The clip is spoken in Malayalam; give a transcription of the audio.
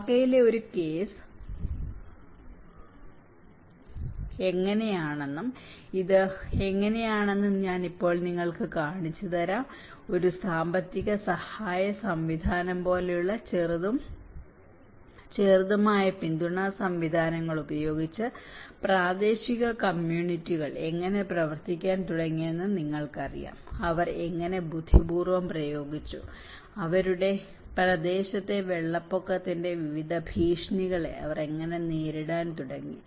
ധാക്കയിലെ ഒരു കേസ് എങ്ങനെയാണെന്നും ഇത് എങ്ങനെയാണെന്നും ഞാൻ ഇപ്പോൾ നിങ്ങൾക്ക് കാണിച്ചുതരാം ഒരു സാമ്പത്തിക സഹായ സംവിധാനം പോലെയുള്ള ചെറുതും ചെറുതുമായ പിന്തുണാ സംവിധാനങ്ങൾ ഉപയോഗിച്ച് പ്രാദേശിക കമ്മ്യൂണിറ്റികൾ എങ്ങനെ പ്രവർത്തിക്കാൻ തുടങ്ങിയെന്ന് നിങ്ങൾക്കറിയാം അവർ എങ്ങനെ ബുദ്ധിപൂർവ്വം പ്രയോഗിച്ചു അവരുടെ പ്രദേശത്തെ വെള്ളപ്പൊക്കത്തിന്റെ വിവിധ ഭീഷണികളെ അവർ എങ്ങനെ നേരിടാൻ തുടങ്ങി